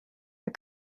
wir